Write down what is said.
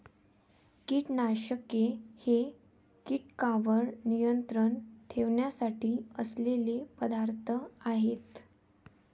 कीटकनाशके हे कीटकांवर नियंत्रण ठेवण्यासाठी असलेले पदार्थ आहेत